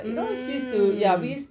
mm